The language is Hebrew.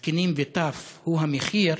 זקנים וטף, הוא המחיר,